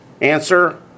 Answer